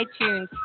iTunes